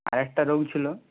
আরেকটা রোগ ছিল